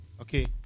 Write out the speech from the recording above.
Okay